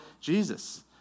Jesus